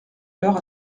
l’heure